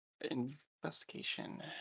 Investigation